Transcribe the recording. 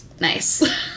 Nice